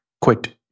quit